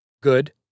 Good